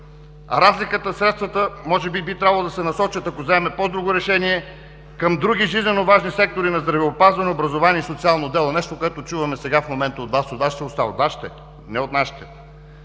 Разликата в средствата може би би трябвало да се насочат, ако вземем по-друго решение, към други жизненоважни сектори: здравеопазване, образование, социално дело“ – нещо, което чуваме сега, в момента от Вас, от Вашите уста. От Вашите! Не от нашите!